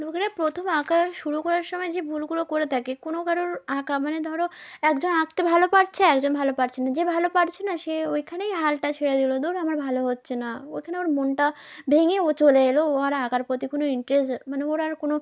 লোকেরা প্রথম আঁকা শুরু করার সময় যে ভুলগুলো করে থাকে কোনো কারোর আঁকা মানে ধরো একজন আঁকতে ভালো পারছে একজন ভালো পারছে না যে ভালো পারছে না সে ওইখানেই হালটা ছেড়ে দিলো ধুর আমার ভালো হচ্ছে না ওখানে ওর মনটা ভেঙে ও চলে এল ও আর আঁকার প্রতি কোনো ইন্টারেস্ট মানে ওর আর কোনো